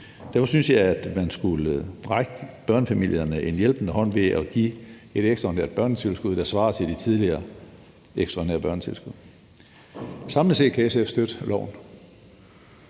Derfor synes jeg, man burde række børnefamilierne en hjælpende hånd ved at give et ekstraordinært børnetilskud, der svarer til det tidligere ekstraordinære børnetilskud. Samlet set kan SF støtte